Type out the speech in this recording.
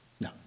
No